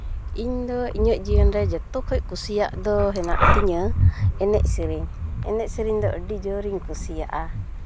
ᱤᱧᱫᱚ ᱤᱧᱟᱹᱜ ᱡᱤᱭᱚᱱ ᱨᱮ ᱡᱚᱛᱚ ᱠᱷᱚᱡ ᱠᱩᱥᱤᱭᱟᱜ ᱫᱚ ᱢᱮᱱᱟᱜ ᱛᱤᱧᱟ ᱮᱱᱮᱡ ᱥᱮᱨᱮᱧ ᱮᱱᱮᱡ ᱥᱮᱨᱮᱧ ᱫᱚ ᱟᱹᱰᱤ ᱡᱳᱨᱤᱧ ᱠᱩᱥᱤᱭᱟᱜᱼᱟ